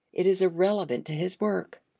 it is irrelevant to his work.